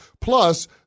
Plus